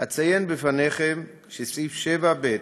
אציין בפניכם שסעיף 7(ב)